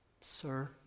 sir